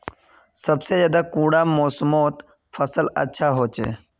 सबसे ज्यादा कुंडा मोसमोत फसल अच्छा होचे?